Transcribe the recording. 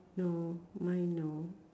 no mine no